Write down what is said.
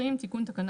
תקנה